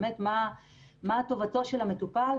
באמת, מה טובתו של המטופל.